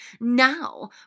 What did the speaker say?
Now